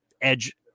edge